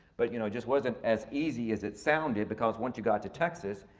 but you know just wasn't as easy as it sounded because once you got to texas,